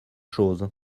choses